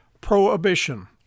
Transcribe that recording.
prohibition